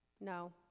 No